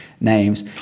names